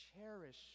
cherish